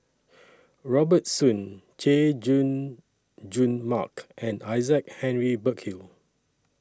Robert Soon Chay Jung Jun Mark and Isaac Henry Burkill